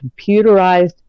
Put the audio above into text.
computerized